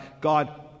God